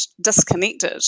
disconnected